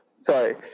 sorry